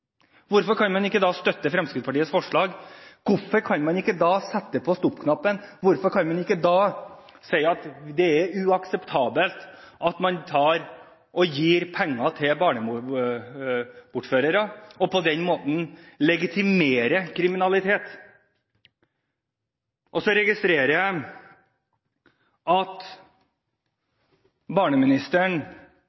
hvorfor kan man ikke da støtte Fremskrittspartiets forslag? Hvorfor kan man ikke trykke på stoppknappen? Hvorfor kan man ikke si at det er uakseptabelt å gi penger til barnebortførere og på den måten legitimere kriminalitet?